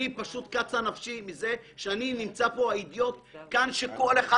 קצה נפשי מזה שאני נמצא פה האידיוט שכל אחד